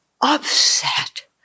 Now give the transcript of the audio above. upset